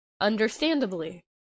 Understandably